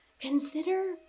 consider